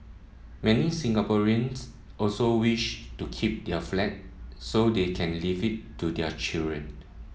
many Singaporeans also wish to keep their flat so they can leave it to their children